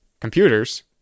Computers